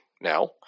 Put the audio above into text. now